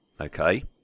Okay